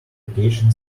application